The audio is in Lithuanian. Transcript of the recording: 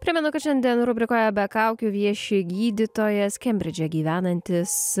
primenu kad šiandien rubrikoje be kaukių vieši gydytojas kembridže gyvenantis